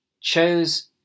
chose